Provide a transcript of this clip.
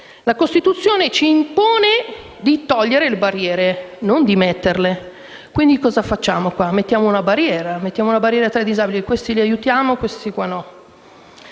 La Costituzione ci impone di togliere le barriere, non di metterle. Invece cosa facciamo qua? Mettiamo una barriera tra i disabili, dicendo che alcuni li aiutiamo